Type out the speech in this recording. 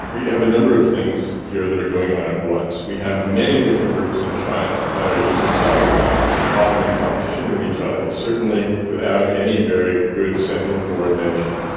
we have a number of things here that are going on at once. we have many different groups in china that are using cyber attacks, often in competition with each other, certainly without any very good central coordination.